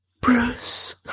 Bruce